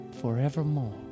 forevermore